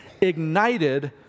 ignited